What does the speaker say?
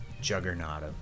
juggernaut